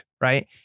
right